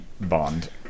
Bond